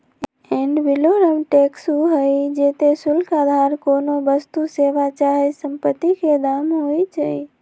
ad valorem tax उ हइ जेते शुल्क अधार कोनो वस्तु, सेवा चाहे सम्पति के दाम होइ छइ